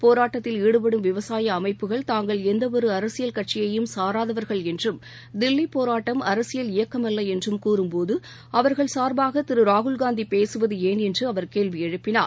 போராட்டத்தில் ஈடுபடும் விவசாயஅமைப்புகள் தாங்கள் எந்தஒருஅரசியல் கட்சியையும் சாராதவர்கள் என்றும் தில்லிபோராட்டம் அரசியல் இயக்கம் அல்லஎன்றும் கூறும் போது அவர்கள் சார்பாக திருராகுல்காந்திபேசுவதுஏன் என்றுஅவர் கேள்விஎழுப்பினார்